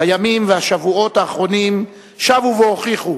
הימים והשבועות האחרונים שבו והוכיחו